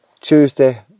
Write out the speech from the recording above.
Tuesday